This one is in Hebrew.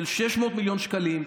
של 600 מיליון שקלים.